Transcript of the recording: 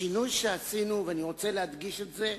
השינוי שעשינו, ואני רוצה להדגיש את זה,